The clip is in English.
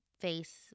face